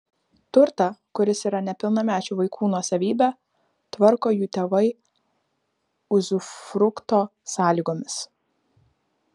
turtą kuris yra nepilnamečių vaikų nuosavybė tvarko jų tėvai uzufrukto sąlygomis